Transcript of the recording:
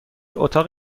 اتاق